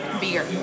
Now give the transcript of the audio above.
beer